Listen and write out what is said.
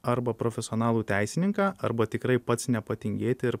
arba profesionalų teisininką arba tikrai pats nepatingėti ir